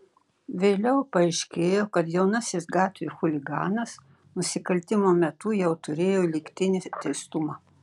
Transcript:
vėliau paaiškėjo kad jaunasis gatvių chuliganas nusikaltimo metu jau turėjo lygtinį teistumą